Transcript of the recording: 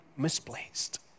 misplaced